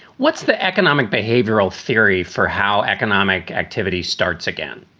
what's the economic behavioral theory for how economic activity starts again?